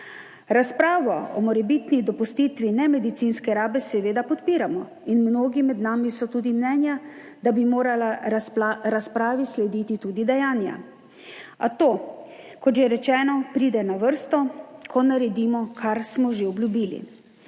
Razpravo o morebitni dopustitvi ne medicinske rabe seveda podpiramo in mnogi med nami so tudi mnenja, da bi morala razpravi slediti tudi dejanja, a to, kot že rečeno, pride na vrsto, ko naredimo, kar smo že obljubili.